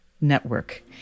Network